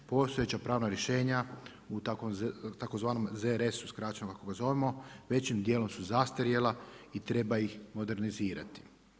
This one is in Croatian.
Postojeća pravna rješenja u tzv. ZRS, skraćeno kako ga zovemo, većim dijelom su zastarjela i treba ih modernizirati.